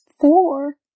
Four